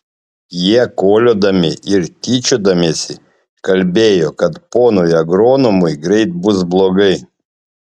jie koliodami ir tyčiodamiesi kalbėjo kad ponui agronomui greit bus blogai